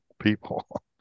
people